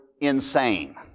Insane